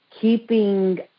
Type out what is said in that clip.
keeping